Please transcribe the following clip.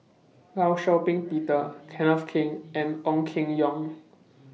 law Shau Ping Peter Kenneth Keng and Ong Keng Yong